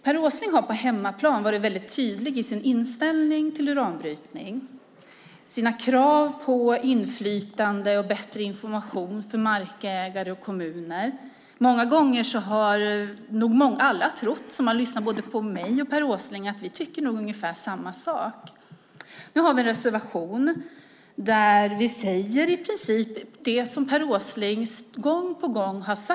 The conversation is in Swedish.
Per Åsling har på hemmaplan varit väldigt tydlig i sin inställning till uranbrytning, sina krav på inflytande och bättre information till markägare och kommuner. Många gånger har alla som har lyssnat på mig och Per Åsling nog trott att vi tycker ungefär samma sak. Nu har vi en reservation där vi i princip säger det som Per Åsling har sagt gång på gång hemmavid.